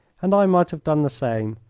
and i might have done the same,